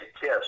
kiss